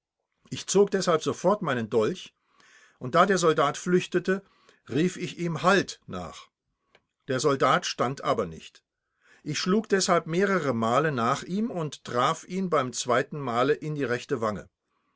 ich zog deshalb sofort meinen dolch und da der soldat flüchtete rief ich ihm halt nach der soldat stand aber nicht ich schlug deshalb mehrere male nach ihm und traf ihn beim zweiten male in die rechte wange